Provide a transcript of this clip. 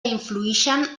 influïxen